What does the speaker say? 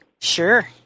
Sure